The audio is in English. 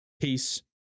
Peace